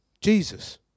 Jesus